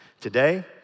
Today